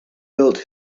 built